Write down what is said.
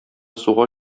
суга